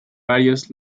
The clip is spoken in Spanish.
varios